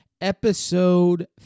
episode